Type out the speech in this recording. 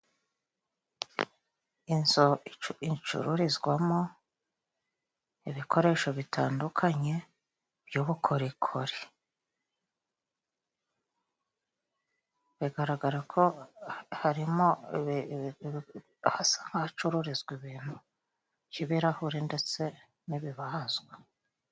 Inzu icururizwamo ibikoresho bitandukanye by'ubukorikori，bigaragara ko harimo hasa nk' ahacururizwa ibintu nk'ibirahure ndetse n'ibibazwa.